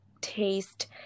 taste